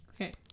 Okay